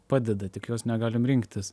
padeda tik jos negalim rinktis